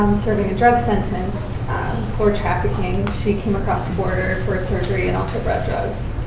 um serving a drug sentence for trafficking. she came across the border for a surgery, and also brought drugs.